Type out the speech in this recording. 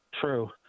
true